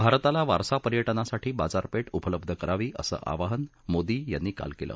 भारताला वारसा पर्यटनासाठी बाजारपेठ उपलब्ध करावी असं आवाहन मोदी यांनी काल केलं